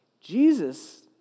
Jesus